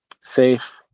Safe